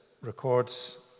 records